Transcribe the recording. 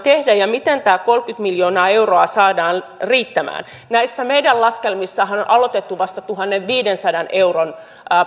tehdä ja miten tämä kolmekymmentä miljoonaa euroa saadaan riittämään näissä meidän laskelmissahan on aloitettu vasta tuhannenviidensadan euron